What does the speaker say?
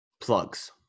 Plugs